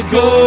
go